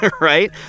right